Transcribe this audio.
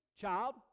Child